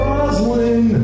Roslyn